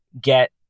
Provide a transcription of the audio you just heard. get